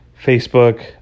Facebook